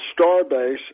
Starbase